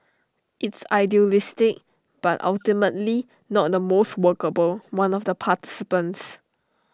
it's idealistic but ultimately not the most workable one of the participants